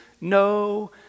no